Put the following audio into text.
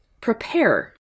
prepare